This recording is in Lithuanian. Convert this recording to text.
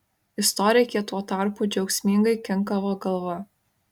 istorikė tuo tarpu džiaugsmingai kinkavo galva